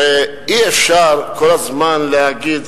הרי אי-אפשר כל הזמן להגיד: